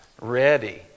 ready